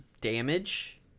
damage